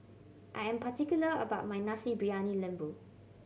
I am particular about my Nasi Briyani Lembu